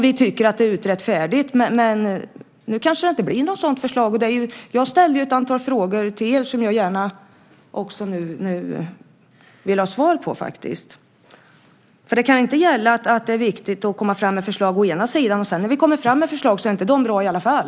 Vi tycker att frågan har utretts färdigt, men nu kanske det inte blir något sådant förslag. Jag ställde ett antal frågor till er som jag gärna också vill ha svar på. Det kan inte gälla att det å ena sidan är viktigt att lägga fram förslag, och sedan å andra sidan att när förslag läggs fram är de inte bra i alla fall.